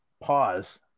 pause